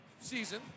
season